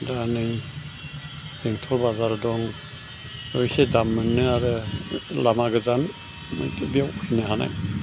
दा नै बेंटल बाजार दं बेव एसे दाम मोनो आरो लामा गोजान बेयाव फैनो हानाय